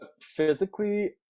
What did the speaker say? physically